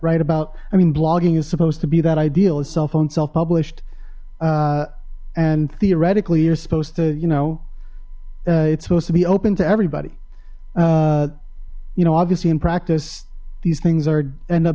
right about i mean blogging is supposed to be that ideal is cellphone self published and theoretically you're supposed to you know it's supposed to be open to everybody you know obviously in practice these things are end up